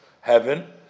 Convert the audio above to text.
heaven